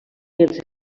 els